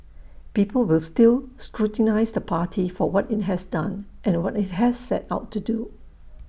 people will still scrutinise the party for what IT has done and what IT has set out to do